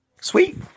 Sweet